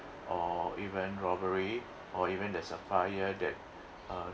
or even robbery or even there's a fire that uh